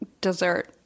dessert